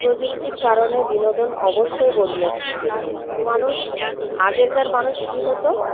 প্রযুক্তির কারণে বিনোদন অবশ্যই বদলেছে মানুষ আগেরকার মানুষ কি হতো